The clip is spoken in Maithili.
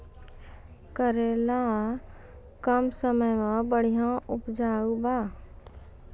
करेला कम समय मे बढ़िया उपजाई बा?